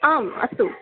आम् अस्तु